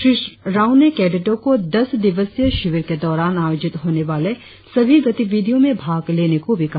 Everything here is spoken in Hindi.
श्री राव कैडेटो को दस दिवसीय शिविर के दौरान आयोजित होने वाले सभी गतिविधियों में भाग लेने को भी कहा